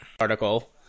article